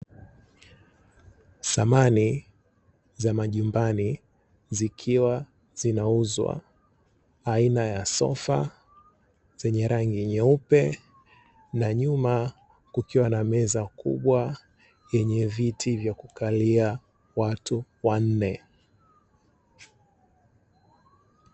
Samani za majumbani zikiwa zinauzwa aina ya sofa zenye rangi nyeupe, na nyuma kukiwa na meza kubwa yenye viti vya kukalia watu wanne.